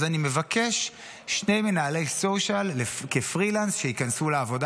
אז אני מבקש שני מנהלי סושיאל כפרילנס שייכנסו לעבודה.